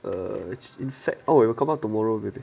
or in fact oh it'll come up tomorrow baby